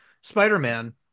Spider-Man